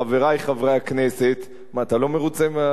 חברי חברי הכנסת, מה, אתה לא מרוצה?